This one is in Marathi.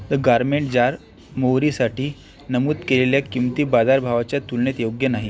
द गारमेंट जार मोहरीसाठी नमूद केलेल्या किंमती बाजारभावाच्या तुलनेत योग्य नाही